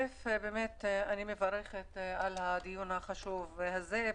אני מברכת על הדיון החשוב הזה.